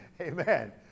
Amen